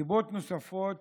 סיבות נוספות